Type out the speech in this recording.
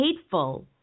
hateful